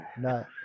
No